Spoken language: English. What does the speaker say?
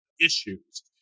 issues